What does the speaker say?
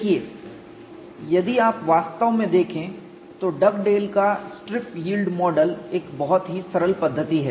देखिए यदि आप वास्तव में देखें तो डगडेल का स्ट्रिप यील्ड मॉडल एक बहुत ही सरल पद्धति है